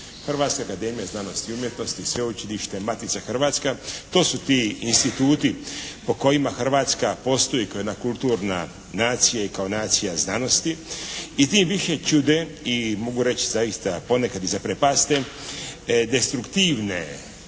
Hrvatska akademija znanosti i umjetnosti i Sveučilište, Matica Hrvatska to su ti instituti po kojima Hrvatska postoji kao jedna kulturna nacija i kao nacija znanosti i tim više čude i mogu reći zaista ponekad i zaprepaste destruktivne